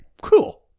Cool